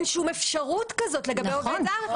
שום אפשרות כזאת לגבי עובד זר --- נכון,